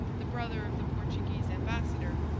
the brother of the portuguese ambassador,